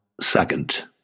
second